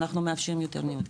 אנחנו מאפשרים יותר ניוד,